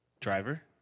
driver